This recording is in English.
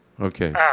Okay